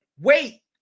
Wait